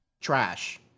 Trash